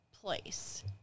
place